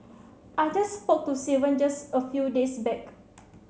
I just spoke to Steven just a few days back